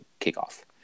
Kickoff